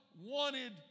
wanted